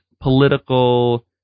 political